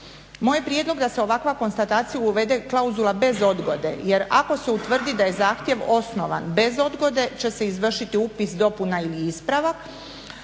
Moj je prijedlog da se ovakva konstatacija uvede klauzula bez odgode jer ako se utvrdi da je zahtjev osnovan bez odgode će se izvršiti upis, dopuna ili ispravak.